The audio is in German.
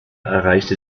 erreichte